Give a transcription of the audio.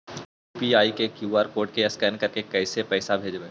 UPI के QR code scan करके पैसा कैसे भेजबइ?